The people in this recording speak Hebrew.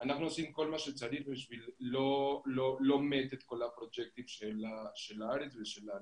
אנחנו עושים כל מה שצריך בשביל לא לאבד את כל הפרויקטים של הארץ ושלנו.